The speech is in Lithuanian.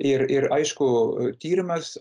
ir ir aišku tyrimas